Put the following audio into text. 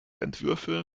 entwürfe